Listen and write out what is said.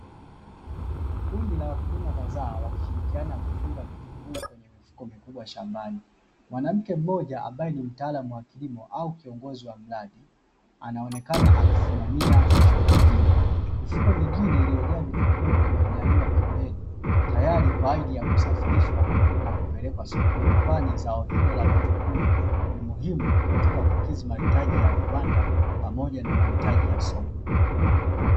Kundi la wakulima kadhaa, wakishirikiana kufunga vitunguu kwenye mifuko mikubwa shambani. Mwanamke mmoja ambaye ni mtaalamu wa kilimo au kiongozi wa mradi anaonekana akisimamia shughuli hiyo. Mifuko mingine iliyojaa vitunguu imeandaliwa pembeni tayari kwa ajili ya kusafirishwa na kupelekwa sokoni, kwani zao hilo la vitunguu ni muhimu katika kukidhi mahitaji ya viwanda pamoja na mahitaji ya soko.